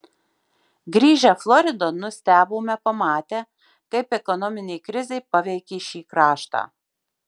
grįžę floridon nustebome pamatę kaip ekonominė krizė paveikė šį kraštą